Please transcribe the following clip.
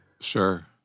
Sure